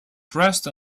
dressed